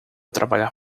trabalhar